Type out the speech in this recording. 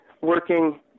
working